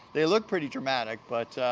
they look pretty dramatic, but,